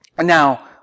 Now